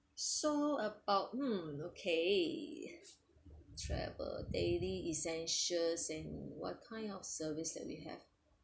so about mm okay travel daily essentials and what kind of service that we have